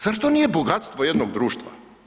Zar to nije bogatstvo jednog društva?